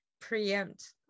preempt